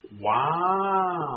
Wow